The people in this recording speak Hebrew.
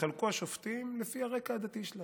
התחלקו השופטים לפי הרקע הדתי שלהם,